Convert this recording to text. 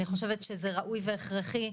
אני חושבת שזה ראוי והכרחי.